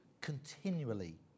continually